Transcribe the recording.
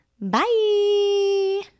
Bye